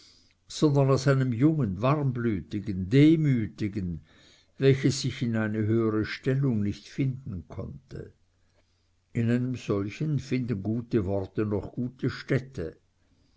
aus einem jungen warmblütigen demütigen welches sich in seine höhere stellung nicht finden konnte in einem solchen finden gute worte noch gute stätte